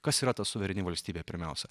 kas yra tas suvereni valstybė pirmiausia